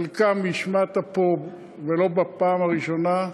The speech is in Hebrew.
ואת חלקן השמעת פה ולא בפעם הראשונה,